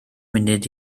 munud